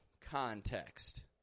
context